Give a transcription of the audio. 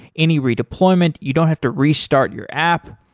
any redeployment, you don't have to restart your app.